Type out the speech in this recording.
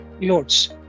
loads